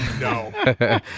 No